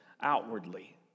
outwardly